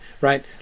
Right